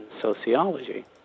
sociology